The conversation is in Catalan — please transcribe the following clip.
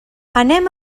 anem